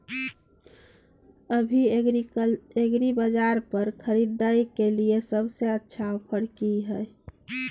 अभी एग्रीबाजार पर खरीदय के लिये सबसे अच्छा ऑफर की हय?